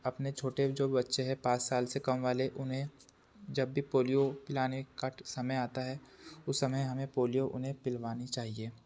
अपने छोटे जो बच्चे हैं पाँस साल से कम वाले उन्हें जब भी पोलियो पिलाने का समय आता है उस समय हमें पोलियो उन्हें पिलवानी चाहिए